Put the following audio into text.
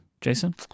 Jason